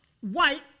white